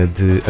de